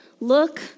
look